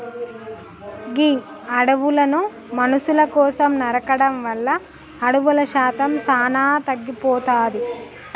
గీ అడవులను మనుసుల కోసం నరకడం వల్ల అడవుల శాతం సానా తగ్గిపోతాది